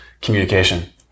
communication